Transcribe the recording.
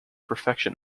perfection